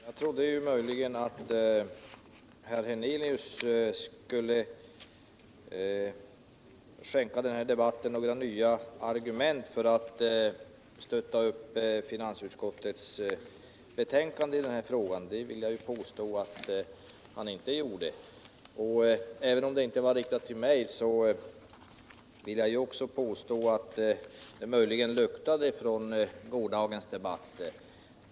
Herr talman! Jag trodde att herr Hernelius möjligen skulle skänka den här debatten några nya argument för att stötta upp finansutskottets betänkande i denna fråga, men jag vill påstå att han inte gjorde detta. Även om det inte var riktat till mig, vill också jag säga att det möjligen Juktade från gårdagens debatt.